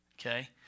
Okay